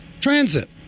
transit